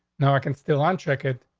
now i can still on track it,